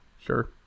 sure